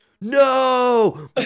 no